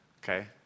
Okay